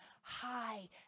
high